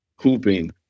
hooping